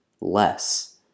less